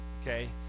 Okay